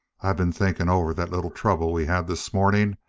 i've been thinking over that little trouble we had this morning,